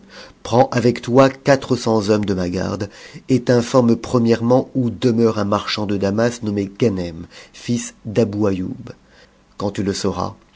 prends avec toi quatre cents hommes de ma garde et t'informe premièrement où demeure un marchand de damas nommé ganem sisd'abouaïoub quand tu le sauras